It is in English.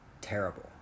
terrible